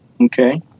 Okay